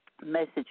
message